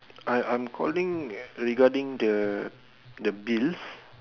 I'm I'm calling regarding the the bills